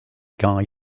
guy